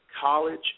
college